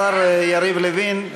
השר יריב לוין,